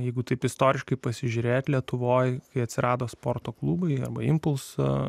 jeigu taip istoriškai pasižiūrėti lietuvoje kai atsirado sporto klubai arba impulsų